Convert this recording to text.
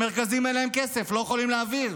המרכזים, אין להם כסף, לא יכולים להעביר.